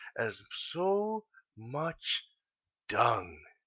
as so much dung.